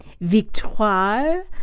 Victoire